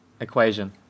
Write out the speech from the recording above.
equation